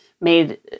made